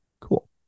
cool